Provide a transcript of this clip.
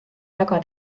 väga